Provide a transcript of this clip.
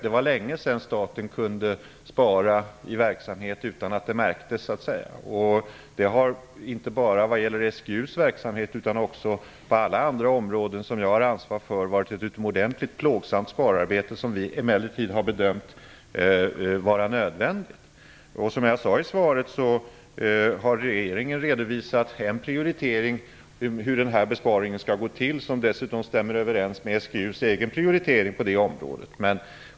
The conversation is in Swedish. Det var länge sedan staten kunde spara i verksamhet utan att det märktes. Det har inte bara vad gäller SGU:s verksamhet utan också på alla andra områden som jag har ansvar för varit ett utomordentligt plågsamt spararbete som vi emellertid har bedömt vara nödvändigt. Som jag sade i svaret har regeringen redovisat en prioritering för hur denna besparing skall gå till, som dessutom stämmer överens med SGU:s egen prioritering på det området.